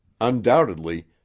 Undoubtedly